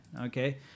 okay